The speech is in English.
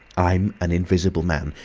i'm an invisible man.